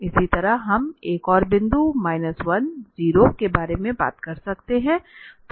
इसी तरह हम एक और बिंदु 10 के बारे में बात कर सकते हैं